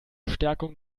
stärkung